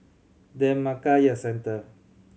Dhammakaya Centre